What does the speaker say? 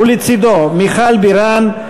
ולצדו מיכל בירן,